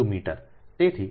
52 metre